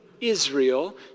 Israel